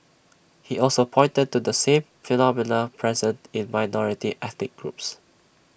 he also pointed to the same phenomena present in minority ethnic groups